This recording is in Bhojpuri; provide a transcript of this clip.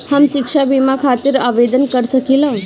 हम शिक्षा बीमा खातिर आवेदन कर सकिला?